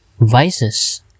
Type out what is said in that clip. vices